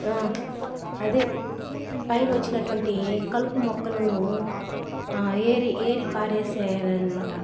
అది పైన వచ్చినటువంటి కలుపు మొక్కలను ఏరి ఏరి పారేసియాలనమాట